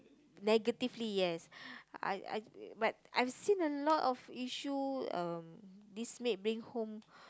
negatively yes I I but I've seen a lot of issue um this maid bring home